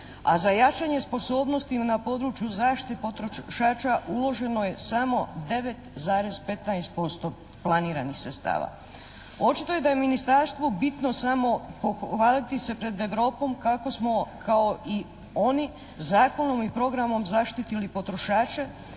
a za jačanje sposobnosti na području zaštite potrošača uloženo je samo 9,15% planiranih sredstava. Očito je da je ministarstvu bitno samo pohvaliti se pred Europom kako smo kao i oni zakonom i programom zaštitili potrošače,